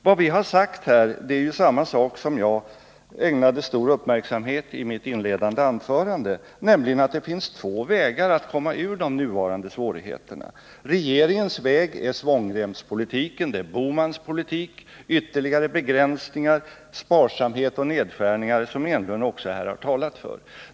Vad vi har sagt är samma sak som jag ägnade stor uppmärksamhet åt i mitt inledande anförande, nämligen att det finns två vägar att komma ur de nuvarande svårigheterna. Regeringens väg är svångremspolitiken; det är herr Bohmans politik: ytterligare begränsningar, sparsamhet och nedskärningar, som herr Enlund här också har talat för.